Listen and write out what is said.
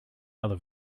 other